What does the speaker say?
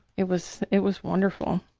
it was it was wonderful.